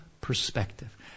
perspective